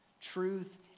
Truth